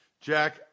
Jack